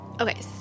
Okay